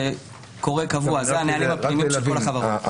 זה קורה באופן קבוע ואלה הנהלים הפנימיים של כל החברות.